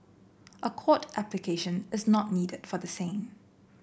a court application is not needed for the same